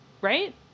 right